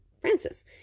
francis